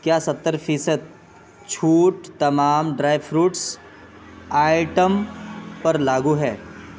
کیا ستر فیصد چھوٹ تمام ڈرائی فروٹس آئیٹم پر لاگو ہے